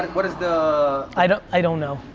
like what is the. i don't i don't know.